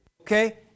Okay